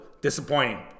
disappointing